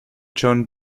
john